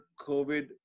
COVID